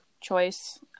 choice